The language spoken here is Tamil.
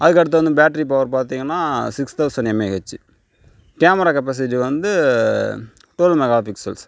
அதுக்கடுத்து வந்து பேட்ரி பவர் பார்த்திங்கனா six thousand mAh camera capacity வந்து டுவல் மெகா பிக்ஸல்ஸ்